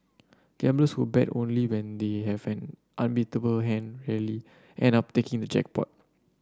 gamblers who bet only when they have an unbeatable hand rarely end up taking the jackpot